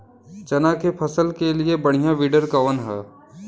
चना के फसल के लिए बढ़ियां विडर कवन ह?